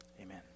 Amen